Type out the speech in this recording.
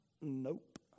Nope